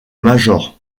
major